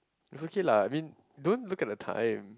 is okay lah I mean don't look at the time